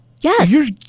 Yes